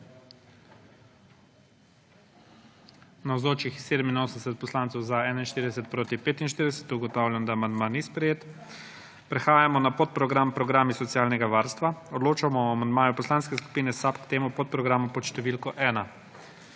45. (Za je glasovalo 41.) (Proti 45.) Ugotavljam, da amandma ni sprejet. Prehajamo na podprogram Programi socialnega varstva. Odločamo o amandmaju Poslanske skupine SAB k temu podprogramu pod številko 1.